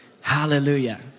Hallelujah